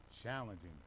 challenging